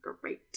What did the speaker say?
great